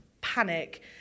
panic